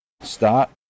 Start